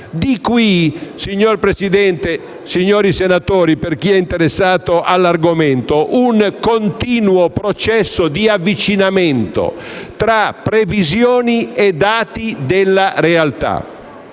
deriva, signor Presidente, signori senatori - per chi è interessato all'argomento - un continuo processo di avvicinamento tra previsioni e dati della realtà.